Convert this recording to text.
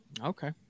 Okay